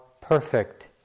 perfect